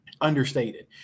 understated